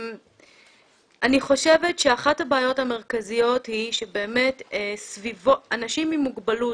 אני חושבת שאחת הבעיות המרכזיות היא שאנשים עם מוגבלות,